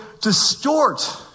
distort